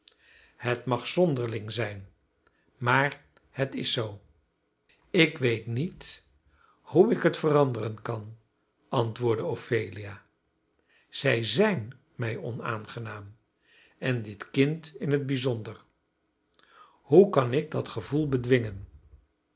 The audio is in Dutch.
het mag zonderling zijn maar het is zoo ik weet niet hoe ik het veranderen kan antwoordde ophelia zij zijn mij onaangenaam en dit kind in het bijzonder hoe kan ik dat gevoel bedwingen